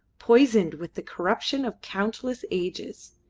poisoned with the corruption of countless ages.